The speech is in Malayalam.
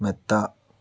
മെത്ത